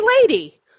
lady